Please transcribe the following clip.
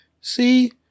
see